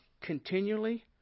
continually